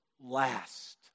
last